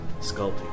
sculpting